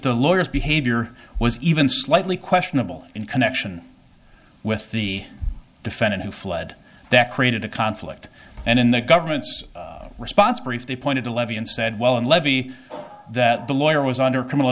the lawyers behavior was even slightly questionable in connection with the defendant who fled that created a conflict and in the government's response brief they pointed to levy and said well and levy that the lawyer was under criminal